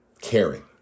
caring